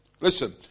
Listen